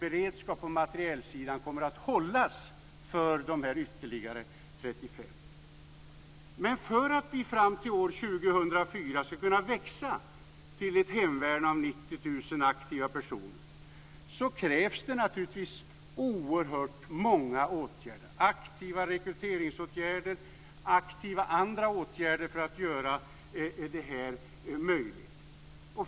Beredskap på materielsidan kommer att hållas för de ytterligare Men för att vi fram till år 2004 ska kunna växa till ett hemvärn av 90 000 aktiva personer, krävs det naturligtvis oerhört många åtgärder - aktiva rekryteringsåtgärder och andra aktiva åtgärder.